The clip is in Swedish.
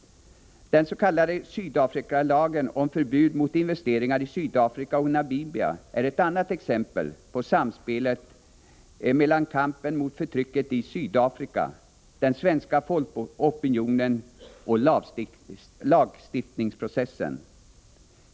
Den s.k. Sydafrikalagen om förbud mot investeringar i Sydafrika och Namibia är ett annat exempel på samspelet mellan kampen mot förtrycket i Sydafrika, den svenska folkopinionen och lagstiftningsprocessen.